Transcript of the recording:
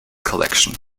collection